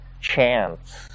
chance